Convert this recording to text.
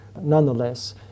nonetheless